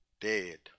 dead